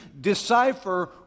decipher